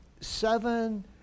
seven